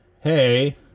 hey